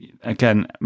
Again